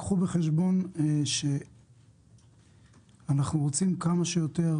קחו בחשבון שאנחנו רוצים שאנשים יעשו כמה שיותר